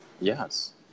Yes